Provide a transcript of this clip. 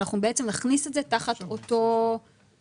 אנחנו בעצם נכניס את זה תחת אותו תיקון.